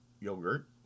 yogurt